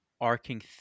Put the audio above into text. arcing